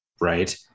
Right